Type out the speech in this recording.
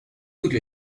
toutes